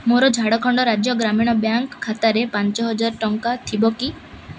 ମୋର ଝାଡ଼ଖଣ୍ଡ ରାଜ୍ୟ ଗ୍ରାମୀଣ ବ୍ୟାଙ୍କ ଖାତାରେ ପାଞ୍ଚ ହଜାର ଟଙ୍କା ଥିବ କି